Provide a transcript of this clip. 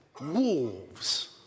wolves